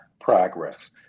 progress